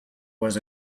was